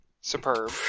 Superb